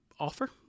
Offer